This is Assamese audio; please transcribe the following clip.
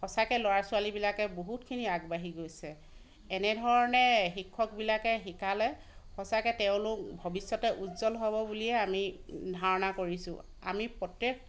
সঁচাকে ল'ৰা ছোৱালীবিলাকে বহুতখিনি আগবাঢ়ি গৈছে এনে ধৰণে শিক্ষকবিলাকে শিকালে সঁচাকে তেওঁলোক ভৱিষ্যতে উজ্জ্বল হ'ব বুলি আমি ধাৰণা কৰিছোঁ আমি প্ৰত্যেক